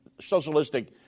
socialistic